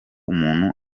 umuntu